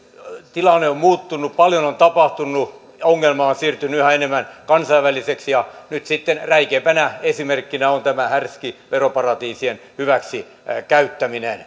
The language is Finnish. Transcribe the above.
tilanne on muuttunut paljon on tapahtunut ongelma on siirtynyt yhä enemmän kansainväliseksi ja nyt sitten räikeimpänä esimerkkinä on tämä härski veroparatiisien hyväksikäyttäminen